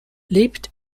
lebt